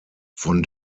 von